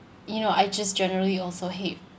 you know I just generally also hate